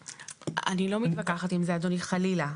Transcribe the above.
אני לא מתווכחת עם זה אדוני, חלילה.